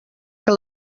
que